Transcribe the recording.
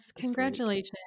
congratulations